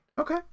Okay